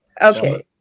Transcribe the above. Okay